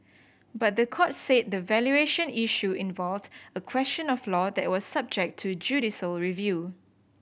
but the court said the valuation issue involved a question of law that was subject to judicial review